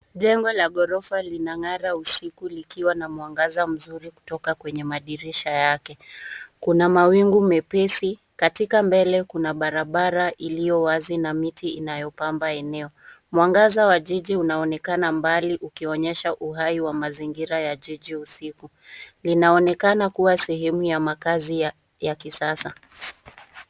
Jengo la gorofa linang'ara usiku likiwa na mwangaza mzuri kutoka kwenye madirisha yake. Kuna mawingu mepesi, katika mbele kuna barabara iliyo wazi na miti inayopamba eneo. Mwangaza wa jiji unaonekana mbali ukionyesha uhai wa mazingira ya jiji usiku. Linaonekana kuwa sehemu ya makazi ya kisasa.